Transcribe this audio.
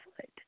foot